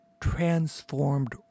transformed